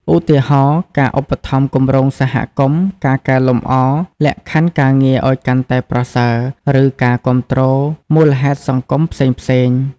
ឧទាហរណ៍ ការឧបត្ថម្ភគម្រោងសហគមន៍ ការកែលម្អលក្ខខណ្ឌការងារឱ្យកាន់តែប្រសើរ ឬការគាំទ្រមូលហេតុសង្គមផ្សេងៗ ។